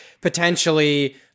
potentially